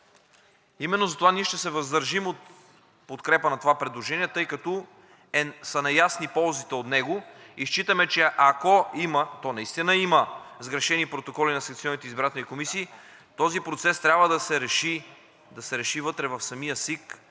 Именно затова ние ще се въздържим от подкрепа на това предложение, тъй като са неясни ползите от него. Считаме, че ако има, а наистина има, сгрешени протоколи на секционните избирателни комисии, този процес трябва да се реши вътре в самия СИК